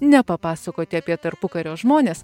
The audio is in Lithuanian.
ne papasakoti apie tarpukario žmones